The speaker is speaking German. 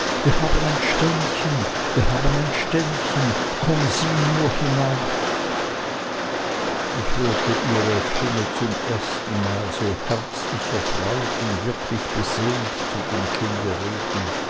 wir haben ein ständchen wir haben ein ständchen komm sieh nur hinaus ich hörte ihre stimme zum ersten mal so herzlich erfreut und wirklich beseelt zu dem